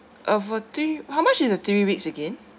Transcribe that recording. uh for three how much is the three weeks again